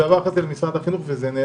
זה עבר אחרי זה למשרד החינוך ונעלם.